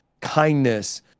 kindness